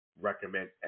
recommend